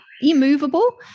immovable